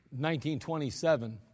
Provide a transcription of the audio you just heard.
1927